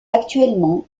actuellement